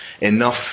enough